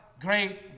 great